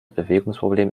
bewegungsproblem